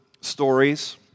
stories